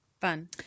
Fun